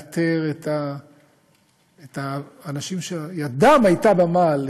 לאתר את האנשים שידם הייתה במעל,